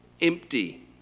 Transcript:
empty